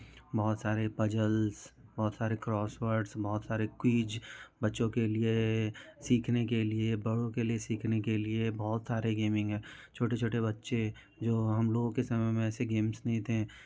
बहुत सारे पज़ल्स बहुत सारे क्रॉस वर्ड बहुत सारे क्विज बच्चों के लिए सीखने के लिए बड़ों के लिए सीखने के लिए बहुत सारे गेमिंग हैं छोटे छोटे बच्चे जो हम लोगों के समय में ऐसे गेम्स नहीं थे